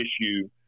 issue